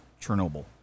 chernobyl